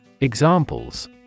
Examples